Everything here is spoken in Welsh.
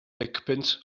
decpunt